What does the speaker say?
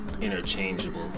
interchangeable